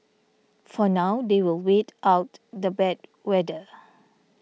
for now they will wait out the bad weather